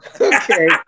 Okay